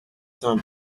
cent